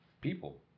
people